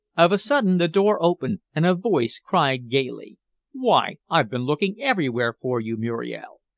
of a sudden the door opened, and a voice cried gayly why, i've been looking everywhere for you, muriel.